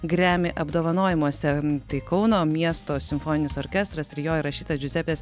grammy apdovanojimuose tai kauno miesto simfoninis orkestras ir jo įrašyta džiuzepės